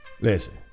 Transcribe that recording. Listen